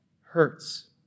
hurts